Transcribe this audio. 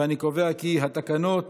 אני קובע כי התקנות